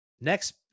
next –